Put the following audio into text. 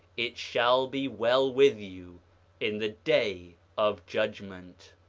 it shall be well with you in the day of judgment.